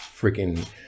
Freaking